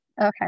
Okay